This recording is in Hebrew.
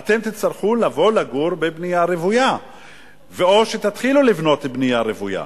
אתם תצטרכו לבוא לגור בבנייה רוויה או שתתחילו לבנות בנייה רוויה.